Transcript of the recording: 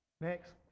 Next